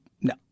no